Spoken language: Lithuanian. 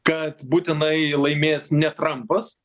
kad būtinai laimės ne trampas